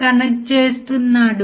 gain 1